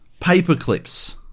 Paperclips